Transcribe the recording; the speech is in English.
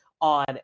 on